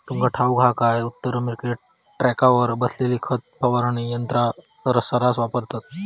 तुका ठाऊक हा काय, उत्तर अमेरिकेत ट्रकावर बसवलेली खत फवारणी यंत्रा सऱ्हास वापरतत